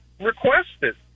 requested